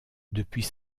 depuis